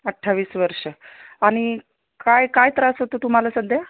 अठ्ठावीस वर्ष आणि काय काय त्रास होतो तुम्हाला सध्या